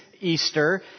Easter